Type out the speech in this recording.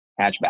hatchback